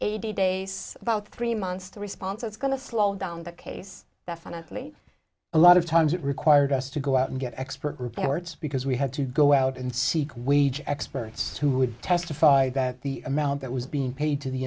eighty days about three months to respond so it's going to slow down the case the finitely a lot of times it required us to go out and get expert reports because we had to go out and seek wage experts who would testify that the amount that was being paid to the